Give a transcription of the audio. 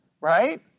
right